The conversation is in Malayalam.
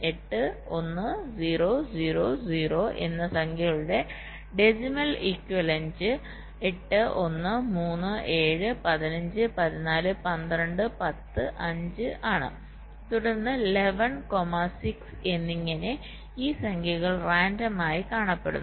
8 1 0 0 0 എന്നസംഖ്യകളുടെ ഡെസിമൽ ഇക്വിവലെന്റ്ഡെസിമൽ ഇക്വിവലെന്റ് 8 1 3 7 15 14 12 10 5 ആണ് തുടർന്ന് 11 6 എന്നിങ്ങനെ ഈ സംഖ്യകൾ റാൻഡം ആയി കാണപ്പെടുന്നു